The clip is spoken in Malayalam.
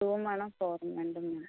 ടൂവും വേണം ഫോറും രണ്ടുംവേണം